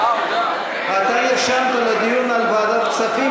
אתה נרשמת לדיון על ועדת כספים.